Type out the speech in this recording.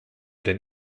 den